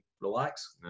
relax